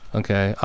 okay